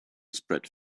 spread